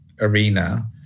arena